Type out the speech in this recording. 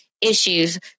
issues